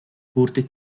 wurde